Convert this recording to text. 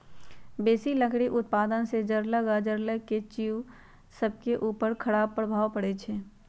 बेशी लकड़ी उत्पादन से जङगल आऽ जङ्गल के जिउ सभके उपर खड़ाप प्रभाव पड़इ छै